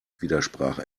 widersprach